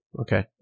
Okay